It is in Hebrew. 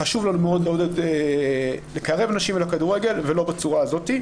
חשוב לנו מאוד לקרב נשים אל הכדורגל ולא בצורה הזאת.